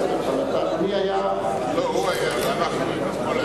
בסדר, אבל אדוני היה, לא, הוא היה ואנחנו היינו.